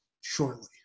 shortly